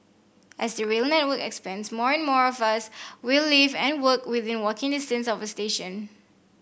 as the rail network expands more and more of us will live and work within walking distance of a station